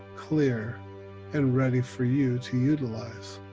clear and ready for you to utilize.